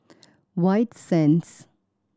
White Sands